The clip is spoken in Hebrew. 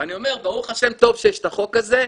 ואני אומר, ברוך ה', טוב שיש את החוק הזה,